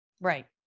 Right